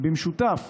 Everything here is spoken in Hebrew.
במשותף